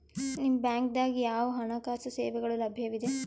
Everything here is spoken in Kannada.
ನಿಮ ಬ್ಯಾಂಕ ದಾಗ ಯಾವ ಹಣಕಾಸು ಸೇವೆಗಳು ಲಭ್ಯವಿದೆ?